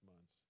months